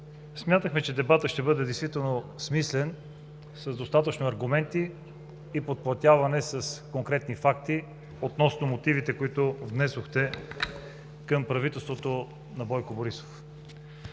Смятахме, че дебатът ще бъде смислен, с достатъчно аргументи и подплатяване с конкретни факти относно мотивите, които внесохте към правителството на Бойко Борисов.